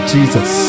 Jesus